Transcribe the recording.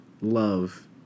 love